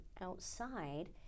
outside